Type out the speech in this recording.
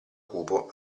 cupo